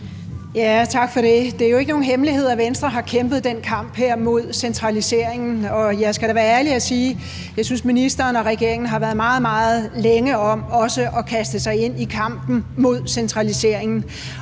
Tak for det. Det er jo ikke nogen hemmelighed, at Venstre har kæmpet den kamp mod centraliseringen, og jeg skal da være ærlig og sige, at jeg synes, at ministeren og regeringen har været meget, meget længe om at kaste sig ind i kampen mod centraliseringen.